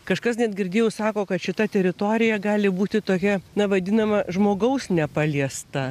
kažkas net girdėjau sako kad šita teritorija gali būti tokia na vadinama žmogaus nepaliesta